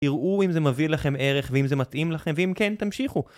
תראו אם זה מביא לכם ערך, ואם זה מתאים לכם, ואם כן, תמשיכו!